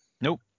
Nope